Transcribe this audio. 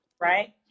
Right